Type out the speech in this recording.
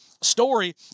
story